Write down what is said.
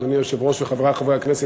אדוני היושב-ראש וחברי חברי הכנסת,